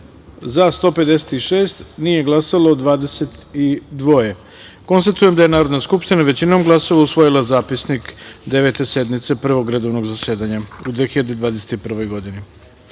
– 172, nije glasalo – 9.Konstatujem da je Narodna skupština većinom glasova utvrdila dnevni red 12. sednice Prvog redovnog zasedanja u 2021. godini,